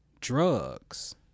Drugs